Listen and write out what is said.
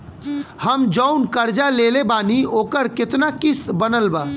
हम जऊन कर्जा लेले बानी ओकर केतना किश्त बनल बा?